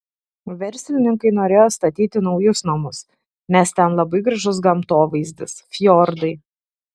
verslininkai norėjo statyti naujus namus nes ten labai gražus gamtovaizdis fjordai